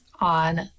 on